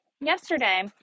yesterday